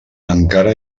encara